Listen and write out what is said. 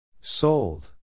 Sold